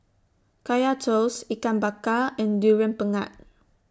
Kaya Toast Ikan Bakar and Durian Pengat